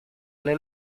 alle